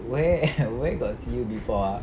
where where got see you before ah